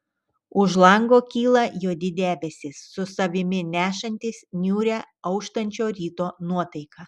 už lango kyla juodi debesys su savimi nešantys niūrią auštančio ryto nuotaiką